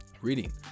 reading